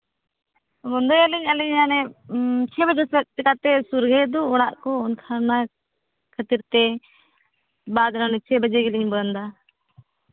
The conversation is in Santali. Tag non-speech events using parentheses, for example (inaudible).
ᱵᱚᱱᱫᱚᱭ ᱟᱹᱞᱤᱧ ᱟᱹᱞᱤᱧ ᱦᱟᱱᱮ ᱪᱷᱚᱭ ᱵᱟᱡᱮ ᱥᱮᱫ ᱪᱤᱠᱟᱛᱮ ᱥᱩᱨ ᱨᱮᱜᱮ ᱛᱚ ᱚᱲᱟᱜ ᱠᱚ ᱮᱱᱠᱷᱟᱱ ᱚᱱᱟ ᱠᱷᱟᱹᱛᱤᱨ ᱛᱮ (unintelligible) ᱪᱷᱚᱭ ᱵᱟᱡᱮ ᱜᱮᱞᱤᱧ ᱵᱚᱱᱫᱽᱼᱟ